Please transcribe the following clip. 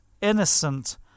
innocent